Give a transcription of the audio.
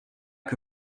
que